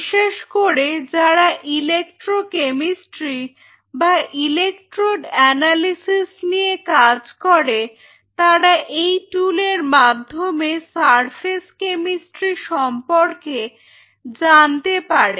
বিশেষ করে যারা ইলেকট্রো কেমিস্ট্রি বা ইলেকট্রোড অ্যানালিসিস নিয়ে কাজ করে তারা এই টুলের মাধ্যমে সারফেস কেমিস্ট্রি সম্পর্কে জানতে পারে